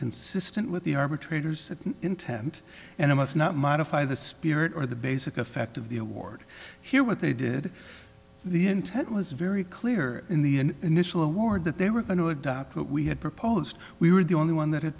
consistent with the arbitrator's intent and it must not modify the spirit or the basic effect of the award here what they did the intent was very clear in the initial award that they were going to adopt what we had proposed we were the only one that had